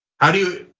how do you?